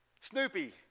Snoopy